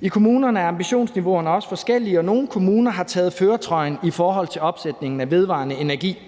I kommunerne er ambitionsniveauet også forskellige, og nogle kommuner har taget førertrøjen i forhold til opsætningen af vedvarende energi.